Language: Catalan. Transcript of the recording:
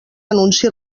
anunci